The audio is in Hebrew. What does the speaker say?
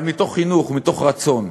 אבל מתוך חינוך, מתוך רצון,